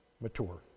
mature